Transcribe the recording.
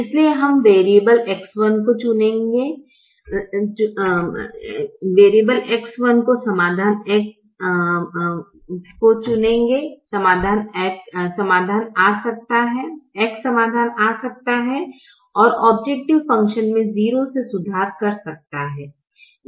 इसलिए हम variable X1 को चुनेंगे x समाधान आ सकता है और औब्जैकटिव फ़ंक्शन में 0 से सुधार कर सकता है